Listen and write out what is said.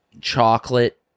chocolate